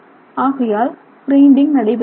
ஆகையால் கிரைண்டிங் நடைபெறுவதில்லை